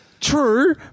True